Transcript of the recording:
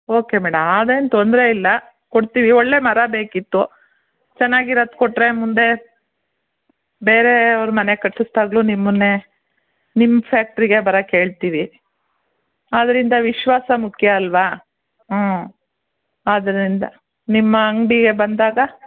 okay madam ಆದ ಏನು ತೊಂದರೆ ಇಲ್ಲ ಕೊಡ್ತೀವಿ ಒಳ್ಳೆಯ ಮರ ಬೇಕಿತ್ತು ಚೆನ್ನಾಗಿರದ್ ಕೊಟ್ಟರೆ ಮುಂದೆ ಬೇರೆಯವ್ರು ಮನೆ ಕಟ್ಟಿಸ್ದಾಗಲೂ ನಿಮ್ಮನ್ನೇ ನಿಮ್ಮ ಫ್ಯಾಕ್ಟ್ರಿಗೆ ಬರಕ್ಕೆ ಹೇಳ್ತೀವಿ ಆದ್ರಿಂದ ವಿಶ್ವಾಸ ಮುಖ್ಯ ಅಲ್ವಾ ಹ್ಞೂ ಆದ್ದರಿಂದ ನಿಮ್ಮ ಅಂಗಡಿಗೆ ಬಂದಾಗ